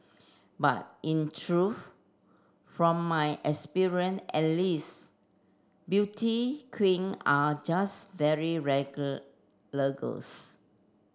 but in truth from my experience at least beauty queen are just very regular girls